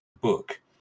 book